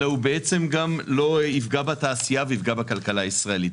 אלא גם יפגע בכלכלה ובתעשייה הישראלית.